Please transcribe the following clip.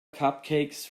cupcakes